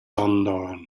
unknown